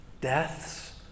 Deaths